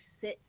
sit